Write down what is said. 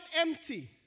empty